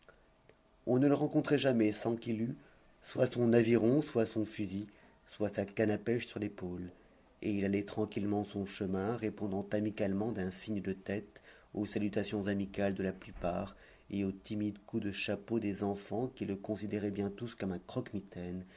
on ne le rencontrait jamais sans qu'il eût soit son aviron soit son fusil soit sa canne à pêche sur l'épaule et il allait tranquillement son chemin répondant amicalement d'un signe de tête aux salutations amicales de la plupart et aux timides coups de chapeaux des enfants qui le considéraient bien tous comme un croquemitaine